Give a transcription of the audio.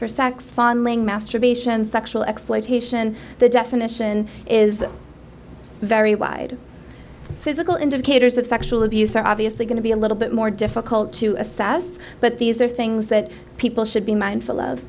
for sex fondling masturbation sexual exploitation the definition is very wide physical indicators of sexual abuse are obviously going to be a little bit more difficult to assess but these are things that people should be mindful of